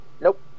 nope